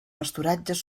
pasturatges